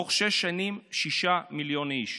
בתוך שש שנים, שישה מיליון איש.